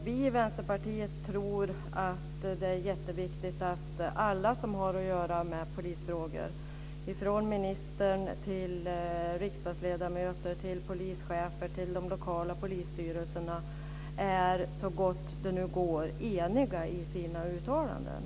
Vi i Vänsterpartiet tycker att det är jätteviktigt att alla som har att göra med polisfrågor - från ministern till riksdagsledamöter, till polischefer och till de lokala polisstyrelserna - är så gott det nu går eniga i sina uttalanden.